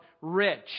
rich